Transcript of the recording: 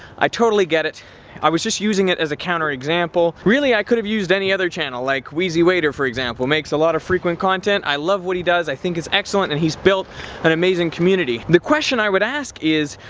i totally get it i was just using it as a counter example really i could have used any other channel like wheezywaiter for example, makes a lot of frequent content, i love what he does, i think he's excellent and he's built an amazing community. the question i would ask is,